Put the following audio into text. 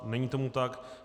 Není tomu tak.